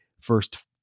first